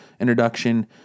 introduction